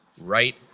right